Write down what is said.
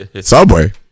Subway